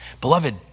Beloved